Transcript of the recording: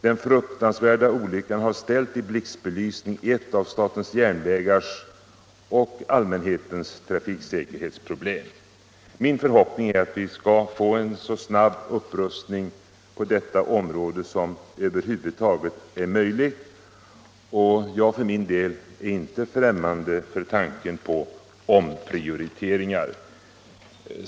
Den fruktansvärda olyckan har ställt i blixtbelysning ett av statens järnvägars och allmänhetens trafiksäkerhetsproblem. Min förhoppning är att vi skall få en så snabb upprustning på detta område som det över huvud taget är möjligt, och jag för min del är inte främmande för tanken på omprioriteringar.